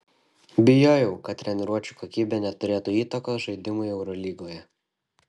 bijojau kad treniruočių kokybė neturėtų įtakos žaidimui eurolygoje